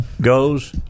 goes